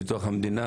בתוך המדינה,